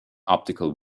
optical